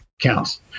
counts